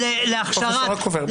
פרופ' רקובר,